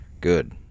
Good